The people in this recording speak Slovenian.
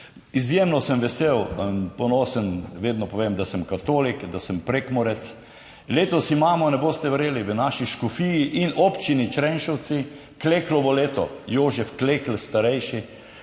Izjemno sem vesel in ponosen, vedno povem, da sem katolik, da sem Prekmurec. Letos imamo, ne boste verjeli, v naši škofiji in Občini Črenšovci Kleklovo leto. Jožef Klekl starejši,